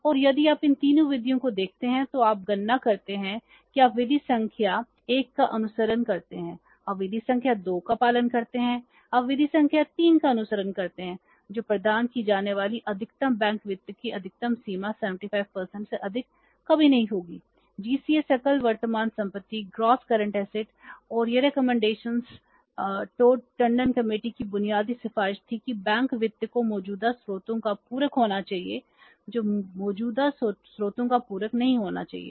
और यदि आप इन तीन विधियों को देखते हैं तो आप गणना करते हैं कि आप विधि संख्या एक का अनुसरण करते हैं आप विधि संख्या 2 का पालन करते हैं आप विधि संख्या 3 का अनुसरण करते हैं जो प्रदान की जाने वाली अधिकतम बैंक वित्त की अधिकतम सीमा 75 से अधिक कभी नहीं होगी GCA सकल वर्तमान संपत्ति की बुनियादी सिफारिश थी कि बैंक वित्त को मौजूदा स्रोतों का पूरक होना चाहिए जो मौजूदा स्रोतों का पूरक नहीं होना चाहिए